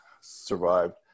survived